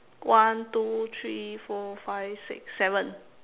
one two three four five six seven